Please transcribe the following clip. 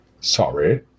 sorry